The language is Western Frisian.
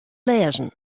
lêzen